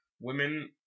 women